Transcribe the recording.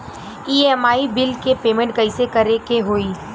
EMI bill के payment कइसे करे के होई?